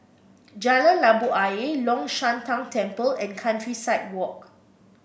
Jalan Labu Ayer Long Shan Tang Temple and Countryside Walk